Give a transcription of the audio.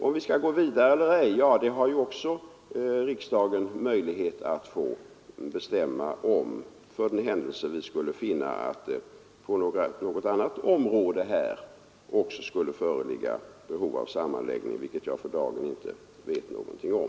Om vi skall gå vidare på den vägen eller ej det har också riksdagen möjlighet att få besluta om, dvs. för den händelse vi skulle finna att det också i något annat område föreligger behov av sammanläggning, vilket jag för dagen inte vet något om.